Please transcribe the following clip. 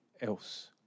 else